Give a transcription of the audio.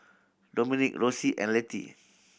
Dominic Rossie and Letty